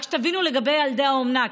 רק שתבינו לגבי ילדי האומנה.